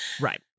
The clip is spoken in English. Right